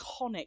iconic